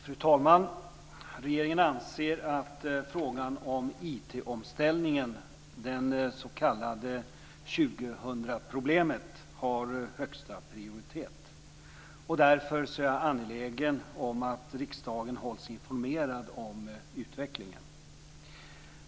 Fru talman! Regeringen anser att frågan om IT omställningen, det s.k. 2000-problemet, har högsta prioritet. Därför är jag angelägen om att riksdagen hålls informerad om utvecklingen.